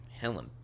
Helen